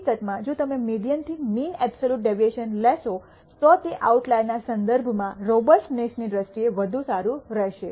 હકીકતમાં જો તમે મીડીઅન થી મીન અબ્સોલ્યૂટ ડેવિએશન લેશો તો તે આઉટલાયર ના સંદર્ભમાં રોબસ્ટ્નેસની દ્રષ્ટિએ વધુ સારું રહેશે